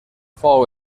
fou